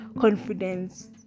confidence